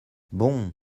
bon